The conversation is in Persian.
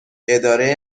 اداره